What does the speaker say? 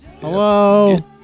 hello